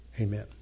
Amen